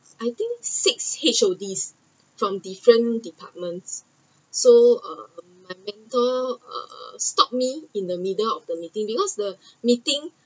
I think six H_O_D from different departments so uh my mentor uh stopped me in the middle of the meeting because the meeting